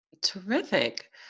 Terrific